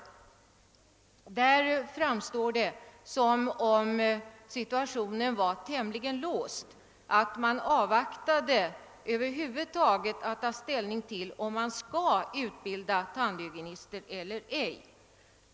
Vid den läsningen framstår det nämligen som om situationen var tämligen låst och att man väntade med att över huvud taget ta ställning till frågan om utbildning av tandhygienister eller inte.